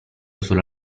solo